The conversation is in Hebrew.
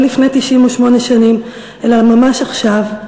לא לפני 98 שנים אלא ממש עכשיו,